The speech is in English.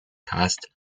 cast